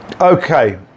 Okay